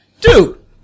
Dude